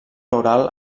oral